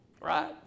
right